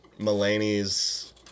Mulaney's